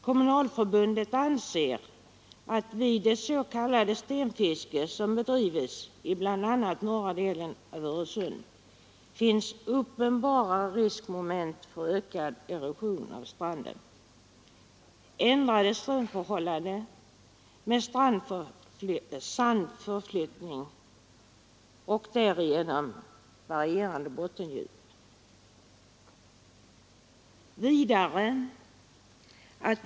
Kommunalförbundet anser att vid det s.k. stenfiske som bedrivs i bl.a. norra delen av Öresund finns uppenbara riskmoment för ökad erosion av stranden, ändrade strömförhållanden samt sandförflyttning och därigenom varierande bottendjup.